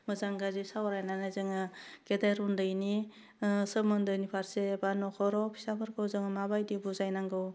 मोजां गाज्रि सावरायनानै जोङो गेदेर उन्दैनि सोमोन्दोनि फारसे बा नखराव फिसाफोरखौ जों माबायदि बुजायनांगौ